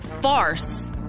farce